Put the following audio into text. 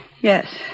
Yes